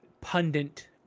pundit